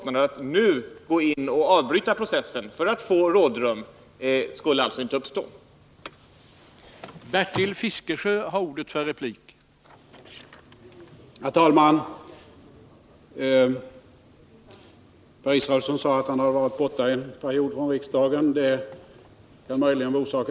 Att nu avbryta processen för att få rådrum skulle alltså inte medföra några större kostnader.